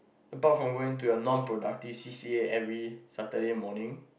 apart from going to your non productive C_C_A every Saturday morning